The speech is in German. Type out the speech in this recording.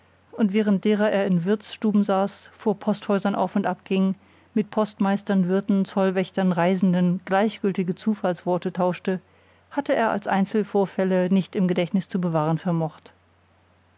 und während deren er in wirtsstuben saß vor posthäusern auf und ab ging mit postmeistern wirten zollwächtern reisenden gleichgültige zufallsworte tauschte hatte er als einzelvorfälle nicht im gedächtnis zu bewahren vermocht